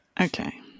Okay